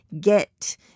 get